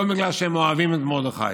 לא בגלל שהם אוהבים את מרדכי.